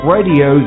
Radio